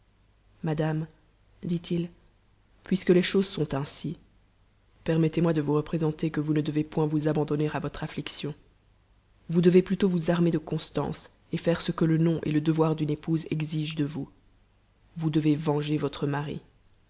madame dit-il puisque les choses sont ainsi permettez-moi de vous représenter que vous ne devez point vous abandonner à votre amiction vous devez plutôt vous armer de constance et faire ce que le nom et le devoir d'une épouse exigent de vous vous devez venger votre mari